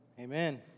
Amen